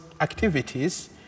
activities